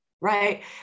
right